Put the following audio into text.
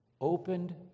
opened